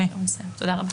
תודה רבה.